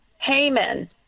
Haman